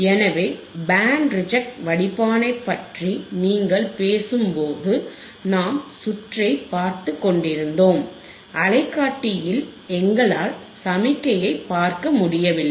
எனவே band reject வடிப்பானைப் பற்றி நீங்கள் பேசும்போது நாம் சுற்றை பார்த்துக் கொண்டிருந்தோம் அலை காட்டியில் எங்களால் சமிஞையை பார்க்க முடியவில்லை